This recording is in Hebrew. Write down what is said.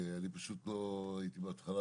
אני פשוט לא הייתי בהתחלה.